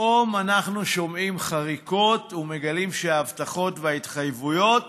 פתאום אנחנו שומעים חריקות ומגלים שההבטחות וההתחייבויות